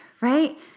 right